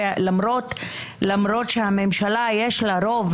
למרות שלממשלה יש רוב,